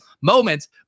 moments